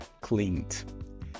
cleaned